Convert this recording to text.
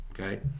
okay